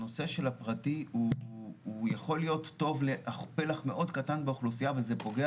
הנושא של הפרטי יכול להיות טוב לפלח מאוד קטן באוכלוסייה אבל זה פוגע